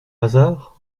hasard